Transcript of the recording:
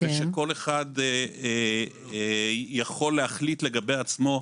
ושכל אחד יכול להחליט לגבי עצמו.